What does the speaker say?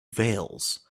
veils